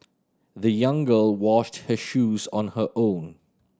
the young girl washed her shoes on her own